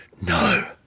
no